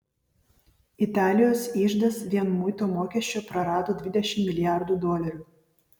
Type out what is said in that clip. italijos iždas vien muito mokesčio prarado dvidešimt milijardų dolerių